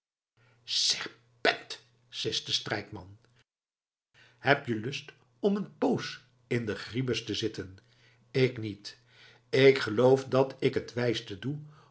serpent sist strijkman heb je lust om een poos in de gribus te zitten ik niet ik geloof dat ik het wijste doe om